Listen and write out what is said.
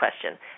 question